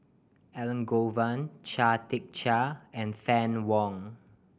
Elangovan Chia Tee Chiak and Fann Wong